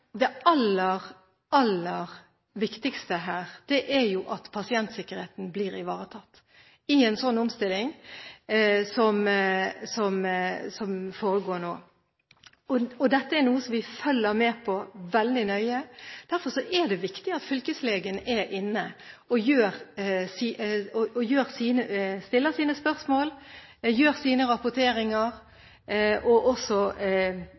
Det aller, aller viktigste her er at pasientsikkerheten blir ivaretatt i en sånn omstilling som foregår nå. Dette er noe som vi følger veldig nøye med på. Derfor er det viktig at fylkeslegene er inne og stiller sine spørsmål, gjør sine rapporteringer og